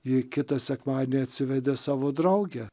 ji kitą sekmadienį atsivedė savo draugę